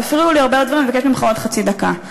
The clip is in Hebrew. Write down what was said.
הפריעו לי הרבה, אני מבקשת ממך עוד חצי דקה.